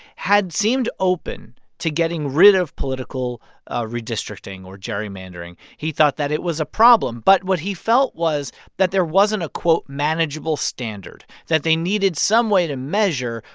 had seemed open to getting rid of political ah redistricting or gerrymandering. he thought that it was a problem. but what he felt was that there wasn't a, quote, manageable standard, that they needed some way to measure.